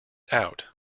out